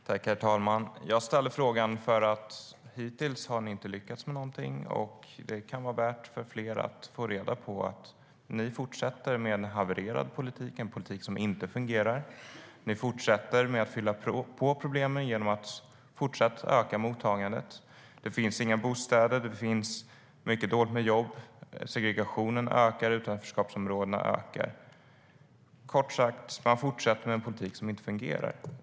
Herr talman! Jag ställde frågan för att ni hittills inte har lyckats med någonting. Det kan vara värt för flera att få reda på att ni fortsätter med en havererad politik, en politik som inte fungerar. Ni fortsätter att fylla på problemen genom att öka mottagandet. Det finns inga bostäder och mycket dåligt med jobb. Segregationen och utanförskapsområdena ökar. Kort sagt: Man fortsätter med en politik som inte fungerar.